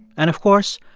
and, of course,